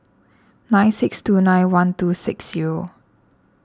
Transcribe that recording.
nine six two nine one two six zero